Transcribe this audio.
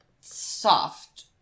soft